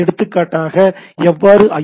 எடுத்துக்காட்டாக எவ்வாறு ஐ